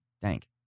Thank